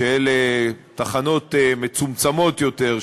שאלה תחנות מצומצמות יותר,